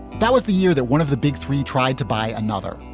that was the year that one of the big three tried to buy another.